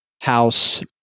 house